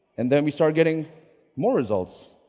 and then we started getting more results,